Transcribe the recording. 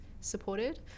supported